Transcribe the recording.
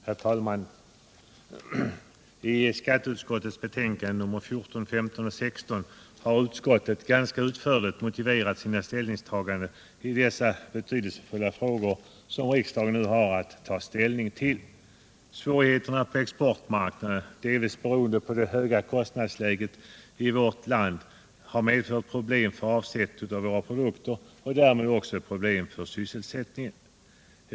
Herr talman! I skatteutskottets betänkanden nr 14, 15 och 16 har utskottet ganska utförligt motiverat sina ställningstaganden i de betydelsefulla frågor som riksdagen nu har att ta ställning till. Svårigheterna på exportmarknaden, delvis beroende på det höga kostnadsläget i vårt land, har medfört problem för avsättningen av våra produkter och därmed också problem för sysselsättningen.